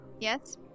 Yes